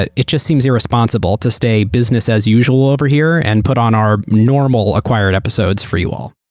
it it just seems irresponsible to stay business as usual over here and put on our normal acquired episodes for you all.